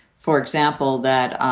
for example, that,